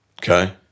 okay